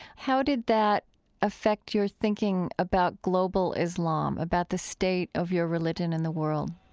how did that affect your thinking about global islam, about the state of your religion in the world?